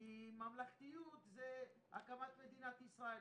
כי ממלכתיות זה הקמת מדינת ישראל,